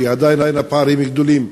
כי עדיין הפערים הם גדולים,